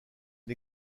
une